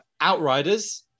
Outriders